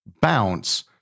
bounce